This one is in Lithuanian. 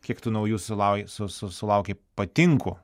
kiek tu naujų sulau su su sulaukei patinku